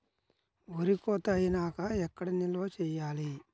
వరి కోత అయినాక ఎక్కడ నిల్వ చేయాలి?